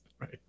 Right